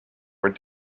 were